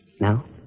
Now